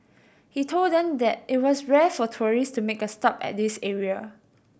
he told them that it was rare for tourist to make a stop at this area